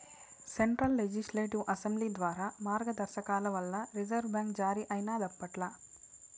central legislative assembly ద్వారా మార్గదర్శకాల వల్ల రిజర్వు బ్యాంక్ జారీ అయినాదప్పట్ల